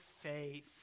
faith